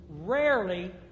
Rarely